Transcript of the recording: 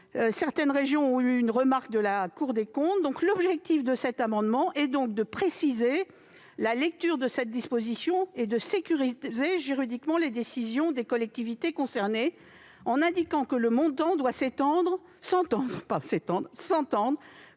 ont fait l'objet de remarques de la Cour des comptes. L'objet de cet amendement est donc de préciser cette disposition et de sécuriser juridiquement les décisions des collectivités concernées, en indiquant que le montant doit s'entendre